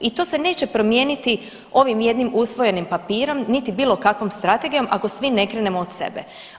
I to se neće promijeniti ovim jednim usvojenim papirom niti bilo kakvom strategijom ako svi ne krenemo od sebe.